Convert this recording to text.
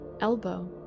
elbow